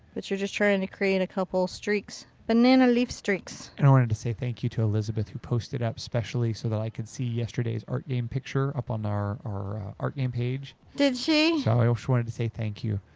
but you're just trying and to create a couple of streaks. banana leaf streaks. and i wanted to say thank you to elizabeth for posting up specially so that i could see yesterday's art game picture. up on our our art game page. did she? so i ah just wanted to say thank you.